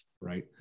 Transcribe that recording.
right